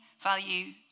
value